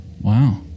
Wow